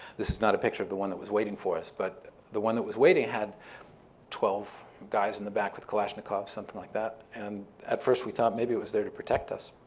this is not a picture of the one that was waiting for us, but the one that was waiting had twelve guys in the back with kalashnikov, something like that, and at first we thought maybe it was there to protect us.